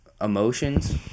emotions